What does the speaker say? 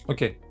Okay